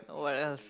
what else